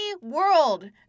world